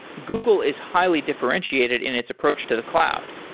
google is highly differentiated in its approach to the cloud.